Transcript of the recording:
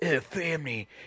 family